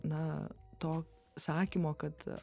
na to sakymo kad